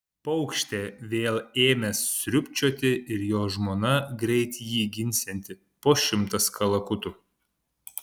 paukštė vėl ėmęs sriubčioti ir jo žmona greit jį ginsianti po šimtas kalakutų